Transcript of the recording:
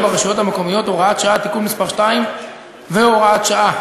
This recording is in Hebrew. ברשויות המקומיות (הוראת שעה) (תיקון מס' 2 והוראת שעה),